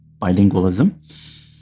bilingualism